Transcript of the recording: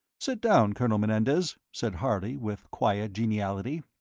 sit down, colonel menendez, said harley with quiet geniality.